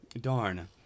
Darn